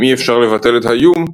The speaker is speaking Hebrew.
אם אי אפשר לבטל את האיום,